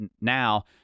now